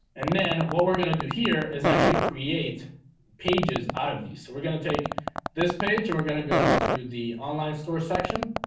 and then what we're gonna do here is actually create pages out of these. so we're gonna take this page. and we're gonna go to the online store section